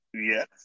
Yes